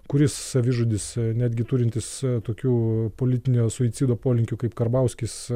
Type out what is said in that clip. kuris savižudis netgi turintis tokių politinio suicido polinkių kaip karbauskis